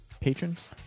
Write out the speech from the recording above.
patrons